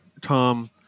Tom